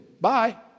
Bye